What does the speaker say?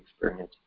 experience